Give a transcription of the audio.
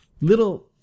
little